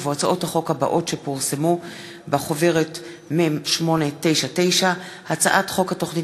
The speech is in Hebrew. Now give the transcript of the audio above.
ובהצעות החוק הבאות שפורסמו בחוברת מ/899: הצעת חוק התוכנית